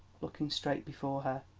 looking straight before her.